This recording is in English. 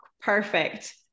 perfect